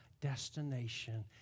destination